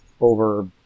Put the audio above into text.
over